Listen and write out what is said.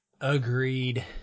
Agreed